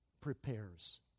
prepares